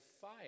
fire